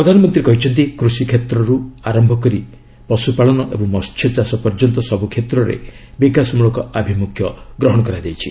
ପ୍ରଧାନମନ୍ତ୍ରୀ କହିଛନ୍ତି କୃଷିକ୍ଷେତ୍ରରୁ ଆରମ୍ଭ କରି ଓ ପଶୁପାଳନ ଏବଂ ମସ୍ୟଚାଷ ପର୍ଯ୍ୟନ୍ତ ସବୁ କ୍ଷେତ୍ରରେ ବିକାଶମଳକ ଆଭିମୁଖ୍ୟ ଗ୍ରହଣ କରାଯାଇଛି